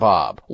Bob